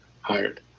hired